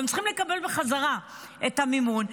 והם צריכים לקבל חזרה את המימון.